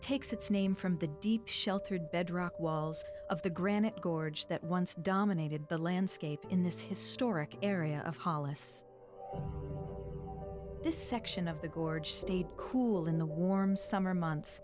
takes its name from the deep sheltered bedrock walls of the granite gorge that once dominated the landscape in this historic area of hollis this section of the gorge stayed cool in the warm summer months